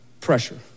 pressure